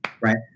right